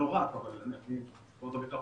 לא רק אבל חברות הביטוח